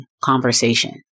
conversation